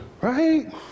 right